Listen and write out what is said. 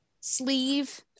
sleeve